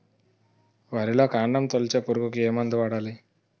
వరిలో కాండము తొలిచే పురుగుకు ఏ మందు వాడాలి?